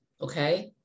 okay